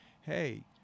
hey